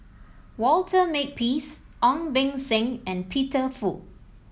Walter Makepeace Ong Beng Seng and Peter Fu